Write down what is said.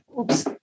oops